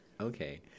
okay